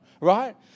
right